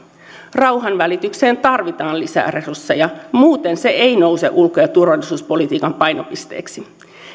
rauhanvälitykseen tarvitaan lisää resursseja muuten se ei nouse ulko ja turvallisuuspolitiikan painopisteeksi